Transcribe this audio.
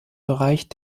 bereich